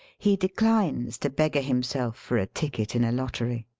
he declines to beggar himself for a ticket in a lottery.